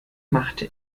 machte